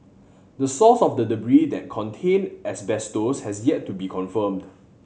the source of the debris that contained asbestos has yet to be confirmed